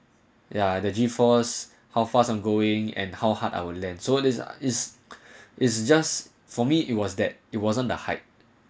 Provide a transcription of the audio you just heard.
ya the G force how fast ongoing and how hard our land so this is is just for me it was that it wasn't the height